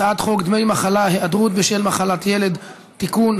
הצעת חוק דמי מחלה (היעדרות בשל מחלת ילד) (תיקון,